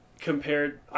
compared